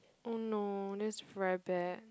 oh no that's very bad